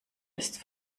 ist